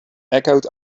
echoed